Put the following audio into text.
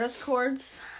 Chords